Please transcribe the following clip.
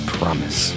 promise